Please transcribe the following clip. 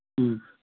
ꯎꯝ